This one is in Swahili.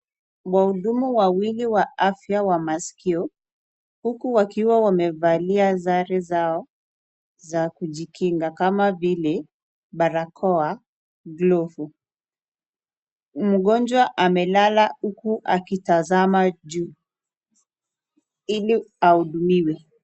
Wahudumu wawili wa afya wa maskio, huku wakiwa wamevalia sare zao za kujikinga kama vile barakoa, glovu. Mgonjwa amelala huku akitazama juu, ili ahudumiwe.